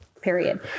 period